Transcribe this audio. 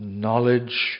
knowledge